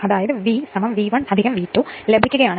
V V 1 V 2 ലഭിക്കുകയാണെങ്കിൽ